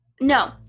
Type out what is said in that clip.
No